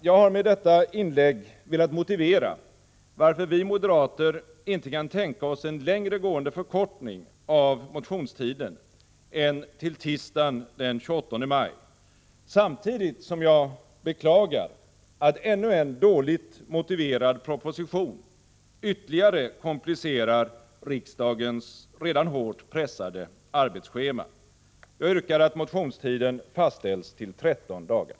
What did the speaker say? Jag har med detta inlägg velat motivera, varför vi moderater inte kan tänka oss en längre gående förkortning av motionstiden än till tisdagen den 28 maj, samtidigt som jag beklagar att ännu en dåligt motiverad proposition ytterligare komplicerar riksdagens redan hårt pressade arbetsschema. Jag yrkar att motionstiden fastställs till tretton dagar.